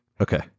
Okay